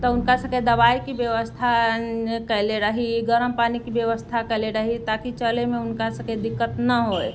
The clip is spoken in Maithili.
तऽ हुनकासभके दबाइके व्यवस्था कयने रही गरम पानिके व्यवस्था कयने रही ताकि चलयमे हुनकासभके दिक्कत ना होइ